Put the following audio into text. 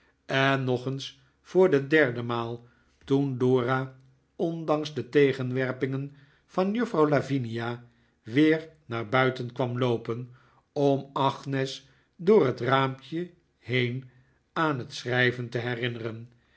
en nog eens voor de derde maal toen dora i ondanks de tegenwerpingen van juffrouw lavinia weer naar buiten kwam loopen om agnes door het raampje heen aan het schrijven te herinneren